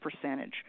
percentage